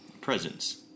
presence